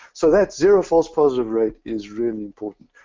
so that's zero false positive rate is really important.